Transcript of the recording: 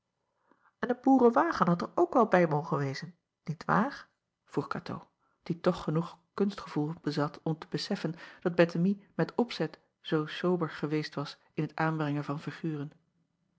n een boerewagen had er ook wel bij mogen wezen niet waar vroeg atoo die toch genoeg kunstgevoel bezat om te beseffen dat ettemie met opzet zoo sober geweest was in t aanbrengen van figuren